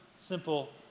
simple